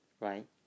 right